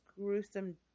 gruesome